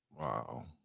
Wow